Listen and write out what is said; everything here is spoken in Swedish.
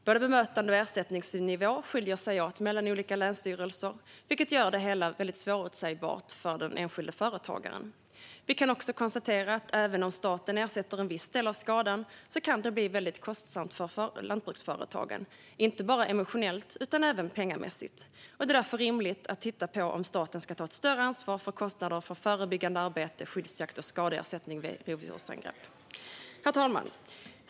Både bemötande och ersättningsnivå skiljer sig åt mellan olika länsstyrelser, vilket gör det hela svårförutsägbart för den enskilde företagaren. Vi kan också konstatera att även om staten ersätter en viss del av skadan kan det bli väldigt kostsamt för lantbruksföretagaren inte bara emotionellt utan även pengamässigt. Det är därför rimligt att titta på om staten ska ta ett större ansvar för kostnader för förebyggande arbete, skyddsjakt och skadeersättning vid rovdjursangrepp. Herr talman!